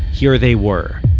here they were,